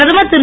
பிரதமர் திரு